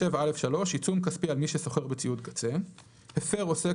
יבוא - "עיצום כספי על מי שסוחר בציוד קצה 37א3. הפר עוסק